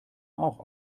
auch